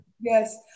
Yes